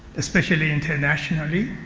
especially internationally.